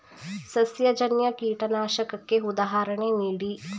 ಸಸ್ಯಜನ್ಯ ಕೀಟನಾಶಕಕ್ಕೆ ಉದಾಹರಣೆ ನೀಡಿ?